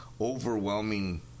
overwhelming